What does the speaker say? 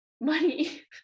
money